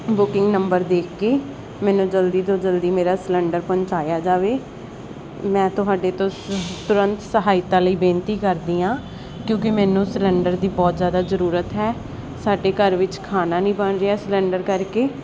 booking number ਦੇਖ ਕੇ ਮੈਨੂੰ ਜਲਦੀ ਤੋਂ ਜਲਦੀ ਮੇਰਾ ਸਿਲੰਡਰ ਪਹੁੰਚਾਇਆ ਜਾਵੇ ਮੈਂ ਤੁਹਾਡੇ ਤੋਂ ਤੁਰੰਤ ਸਹਾਇਤਾ ਲਈ ਬੇਨਤੀ ਕਰਦੀ ਹਾਂ ਕਿਉਂਕੀ ਮੈਨੂੰ ਸਿਲੰਡਰ ਦੀ ਬਹੁਤ ਜ਼ਿਆਦਾ ਜ਼ਰੂਰਤ ਹੈ ਸਾਡੇ ਘਰ ਵਿੱਚ ਖਾਣਾ ਨਹੀਂ ਬਣ ਰਿਹਾ ਸਿਲੰਡਰ ਕਰਕੇ